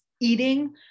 eating